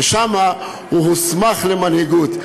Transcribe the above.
ושם הוא הוסמך למנהיגות.